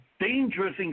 dangerous